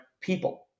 people